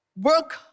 work